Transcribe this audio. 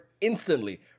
instantly